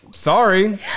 Sorry